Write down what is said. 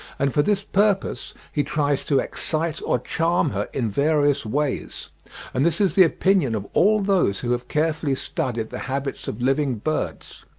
and for this purpose he tries to excite or charm her in various ways and this is the opinion of all those who have carefully studied the habits of living birds.